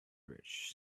rich